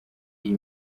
iyi